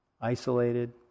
isolated